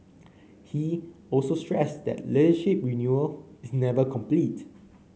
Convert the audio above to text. he also stressed that leadership renewal is never complete